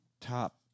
Top